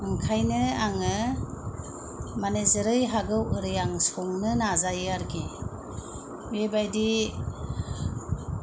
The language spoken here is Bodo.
ओंखायनो आङो माने जेरै हागौ एरै आं संनो नाजायो आरखि बेबायदि